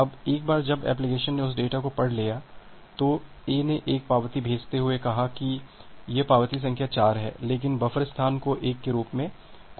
अब एक बार जब एप्लिकेशन ने उस डेटा को पढ़ लिया है तो A ने एक और पावती भेजते हुए कहा कि पावती संख्या 4 है लेकिन बफर स्थान को 1 के रूप में घोषित करता है